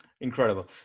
Incredible